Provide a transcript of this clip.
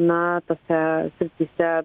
na tose srityse